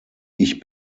ich